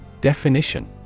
Definition